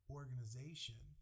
organization